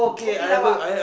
kopi Luwak